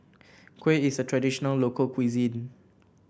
Kuih is a traditional local cuisine